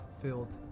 filled